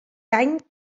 any